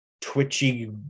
twitchy